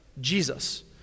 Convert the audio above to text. Jesus